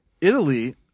Italy